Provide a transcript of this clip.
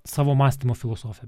savo mąstymo filosofiją